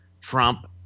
Trump